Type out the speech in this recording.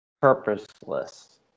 purposeless